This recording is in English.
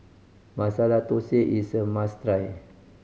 Masala Thosai is a must try